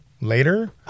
later